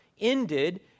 ended